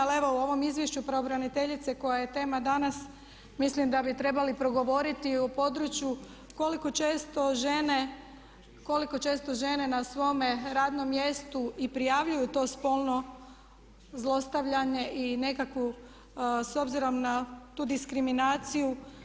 Ali evo, u ovom izvješću pravobraniteljice koja je tema danas mislim da bi trebali progovoriti o području koliko često žene na svome radnom mjestu i prijavljuju to spolno zlostavljanje i nekakvu s obzirom na tu diskriminaciju.